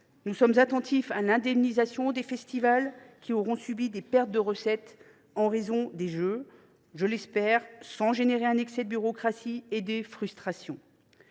Nous serons attentifs à l’indemnisation des festivals qui auront subi des pertes de recettes en raison des Jeux, sans engendrer, je l’espère, un excès de bureaucratie et de frustrations.